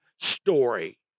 story